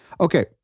Okay